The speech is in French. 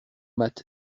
mat